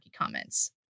comments